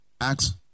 Acts